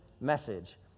message